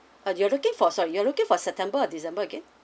uh you're looking for sorry you're looking for september or december again